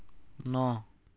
ন